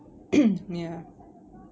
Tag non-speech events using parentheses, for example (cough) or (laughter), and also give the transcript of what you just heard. (coughs) ya